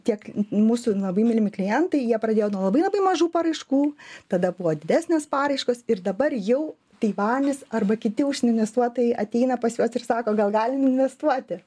tiek mūsų labai mylimi klientai jie pradėjo nuo labai labai mažų paraiškų tada buvo didesnės paraiškos ir dabar jau taivanis arba kiti užsienio investuotojai ateina pas juos ir sako gal galim investuoti